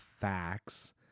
facts